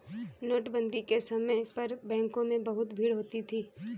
नोटबंदी के समय पर बैंकों में बहुत भीड़ होती थी